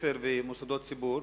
בתי-ספר ומוסדות ציבור.